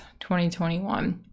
2021